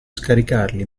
scaricarli